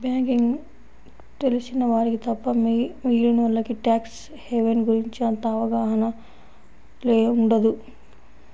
banking తెలిసిన వారికి తప్ప మిగిలినోల్లకి ట్యాక్స్ హెవెన్ గురించి అంతగా అవగాహన ఉండదు